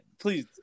Please